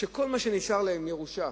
שכל מה שנשאר להן בירושה